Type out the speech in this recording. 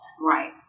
right